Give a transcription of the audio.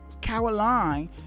Caroline